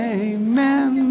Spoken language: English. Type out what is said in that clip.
amen